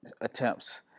attempts